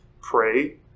pray